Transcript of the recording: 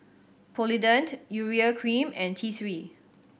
Polident Urea Cream and T Three